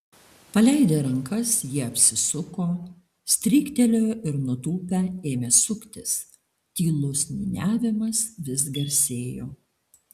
paleidę rankas jie apsisuko stryktelėjo ir nutūpę ėmė suktis tylus niūniavimas vis garsėjo